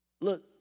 Look